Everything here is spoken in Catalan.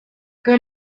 què